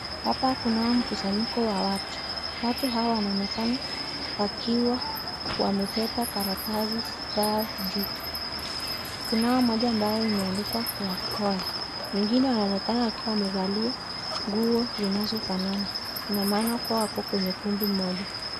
Hapa kunao mkusanyiko wa watu , watu hawa wanaonekana wakiwa wamebeba karatasi zao juu . Kunayo moja ambayo imeandikwa khwakhola , wengine wakiwa wamevalia nguo zinazofanana ina maana kuwa wako kwenye kundi moja .